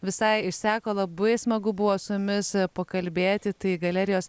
visai išseko labai smagu buvo su jumis pakalbėti tai galerijos